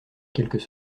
quelques